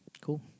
Cool